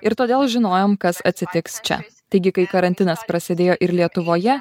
ir todėl žinojom kas atsitiks čia taigi kai karantinas prasidėjo ir lietuvoje